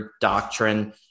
doctrine